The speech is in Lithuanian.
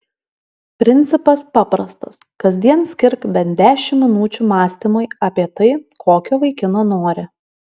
principas paprastas kasdien skirk bent dešimt minučių mąstymui apie tai kokio vaikino nori